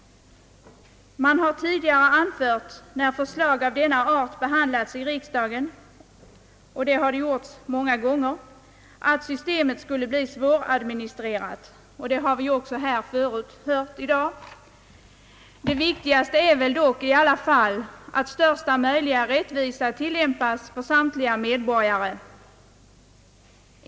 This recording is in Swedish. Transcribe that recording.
När förslag av denna art behandlats i riksdagen — det har varit fallet många gånger — har man tidigare anfört att systemet skulle bli svåradministrerat, och det har vi också hört här i dag. Det viktigaste är väl ändå att största möjliga rättvisa tillämpas för samtliga medborgare.